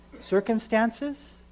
circumstances